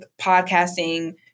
podcasting